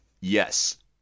Yes